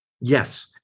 yes